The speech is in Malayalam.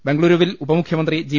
ബംഗളൂരൂവിൽ ഉപമുഖ്യമന്ത്രി ജി